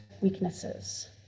weaknesses